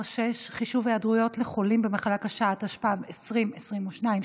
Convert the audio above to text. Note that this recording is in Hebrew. התשפ"ב 2022,